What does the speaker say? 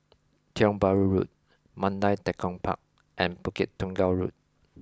Tiong Bahru Road Mandai Tekong Park and Bukit Tunggal Road